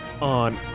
On